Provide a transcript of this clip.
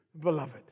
beloved